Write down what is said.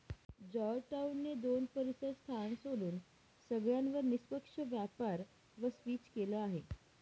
Georgetown ने दोन परीसर स्थान सोडून सगळ्यांवर निष्पक्ष व्यापार वर स्विच केलं आहे